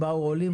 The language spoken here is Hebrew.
באו עולים,